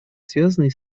связанные